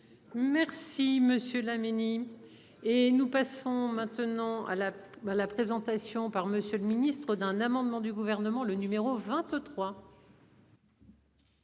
Merci monsieur la minime et nous passons. Maintenant à la ben la présentation par Monsieur le Ministre d'un amendement du gouvernement. Le numéro 23.